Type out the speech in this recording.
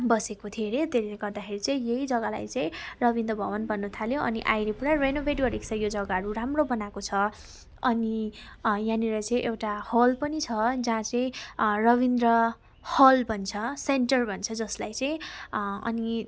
बसेको थियो अरे त्यसले गर्दाखेरि चाहिँ यही जग्गालाई चाहिँ रविन्द्र भवन भन्न थाल्यो अनि अइले पुरा रेनोभेट गरेको छ यो जग्गाहरू राम्रो बनाएको छ अनि यहाँनिर चाहिँ एउटा हल पनि छ जहाँ चाहिँ रविन्द्र हल भन्छ सेन्टर भन्छ जसलाई चाहिँ अनि